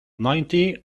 ninety